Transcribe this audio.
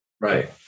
Right